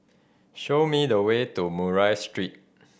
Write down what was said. show me the way to Murray Street